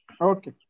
Okay